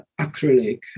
acrylic